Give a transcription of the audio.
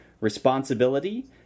responsibility